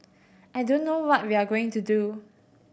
I don't know what we are going to do